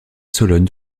sologne